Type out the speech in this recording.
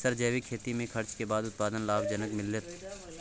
Sir जैविक खेती में खर्च के बाद उत्पादन लाभ जनक मिलत?